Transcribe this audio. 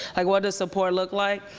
like what does support look like?